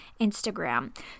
instagram